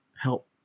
help